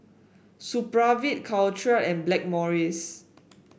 Supravit Caltrate and Blackmores